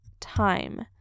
time